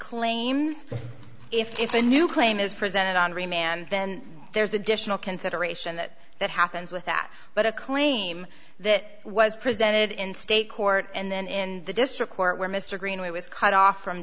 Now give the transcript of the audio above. claims if a new claim is presented on remand then there's additional consideration that that happens with that but a claim that was presented in state court and then in the district court where mr greenway was cut off from